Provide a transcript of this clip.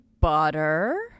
butter